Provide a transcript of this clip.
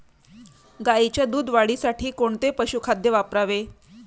गाईच्या दूध वाढीसाठी कोणते पशुखाद्य वापरावे?